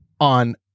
on